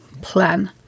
plan